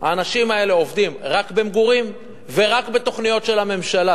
האנשים האלה עובדים רק במגורים ורק בתוכניות של הממשלה.